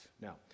Now